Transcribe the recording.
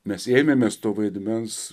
mes ėmėmės to vaidmens